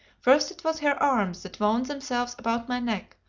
first it was her arms that wound themselves about my neck,